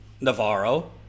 Navarro